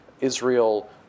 Israel